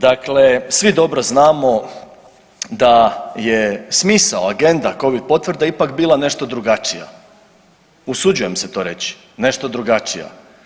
Dakle, svi dobro znamo da je smisao, agenda covid potvrde ipak bila nešto drugačija, usuđujem se to reći, nešto drugačija.